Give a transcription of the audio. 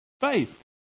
Faith